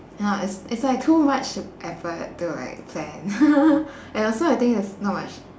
ya it's it's like too much effort to like plan and also I think it's not much